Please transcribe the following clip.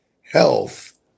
health